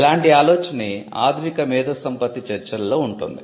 ఇలాంటి ఆలోచనే ఆధునిక మేధో సంపత్తి చర్చలలో ఉంటుంది